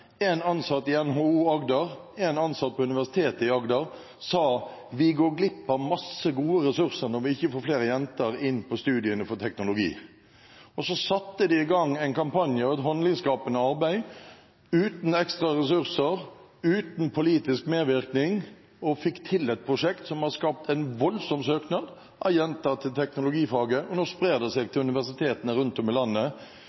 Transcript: en ansatt i NHO Agder og en ansatt på Universitetet i Agder – sa at vi går glipp av masse gode ressurser når vi ikke får inn flere jenter på studiene for teknologi. De satte så i gang en kampanje og et holdningsskapende arbeid – uten ekstra ressurser, uten politisk medvirkning – og fikk til et prosjekt som har resultert i en voldsom søkning av jenter til teknologifaget. Nå sprer det seg til universitetene rundt om i landet.